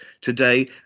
today